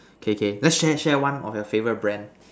okay okay let's share share one of your favorite brand